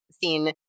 seen